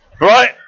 Right